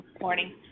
morning